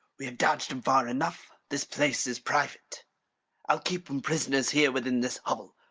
we have dogg'd em far enough, this place is private i'll keep em prisoners here within this hovel,